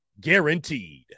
guaranteed